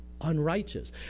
unrighteous